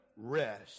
rest